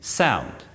sound